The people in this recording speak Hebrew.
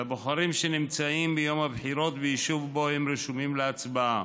לבוחרים שאינם נמצאים ביום הבחירות ביישוב שבו הם רשומים להצבעה.